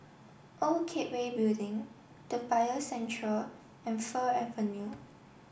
Old Cathay Building Toa Payoh Central and Fir Avenue